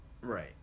Right